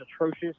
atrocious